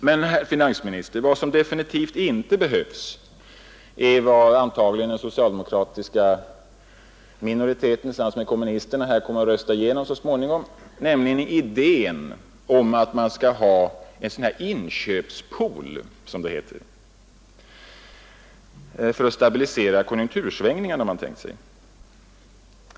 Men, herr finansminister, vad som definitivt inte behövs är det som den socialdemokratiska minoriteten tillsammans med kommunisterna så småningom antagligen kommer att rösta igenom, nämligen idén om en s.k. inköpspool för att motverka konjunktursvängningarna.